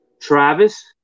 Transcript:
Travis